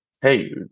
hey